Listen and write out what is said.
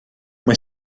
mae